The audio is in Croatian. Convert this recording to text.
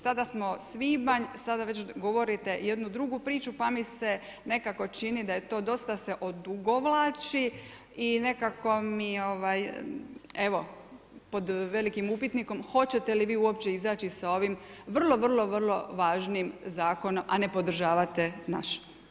Sada smo svibanj, sada već govorite jednu drugu priču pa mi se nekako čini da se to dosta odugovlači i nekako mi je evo, pod velikim upitnikom, hoćete li vi uopće izaći sa ovim vrlo, vrlo, vrlo važnim zakonom a ne podržavate naš.